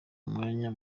umwanya